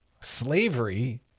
Slavery